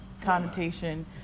connotation